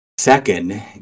Second